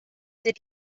did